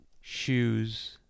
shoes